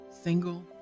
single